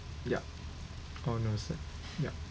ya all no set yup ah